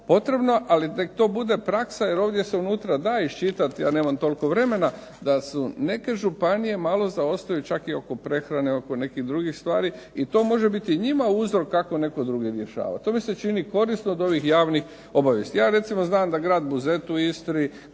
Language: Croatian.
potrebno. Ali nek' to bude praksa jer ovdje se unutra da iščitati, ja nemam toliko vremena da su neke županije malo zaostaju čak i oko prehrane, oko nekih drugih stvari i to može biti njima uzor kako netko drugi rješava. To mi se čini korisno od ovih javnih obavijesti. Ja recimo znam da grad Buzet u Istri,